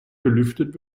belüftet